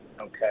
okay